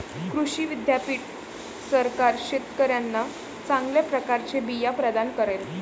कृषी विद्यापीठ सरकार शेतकऱ्यांना चांगल्या प्रकारचे बिया प्रदान करेल